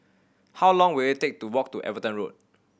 how long will it take to walk to Everton Road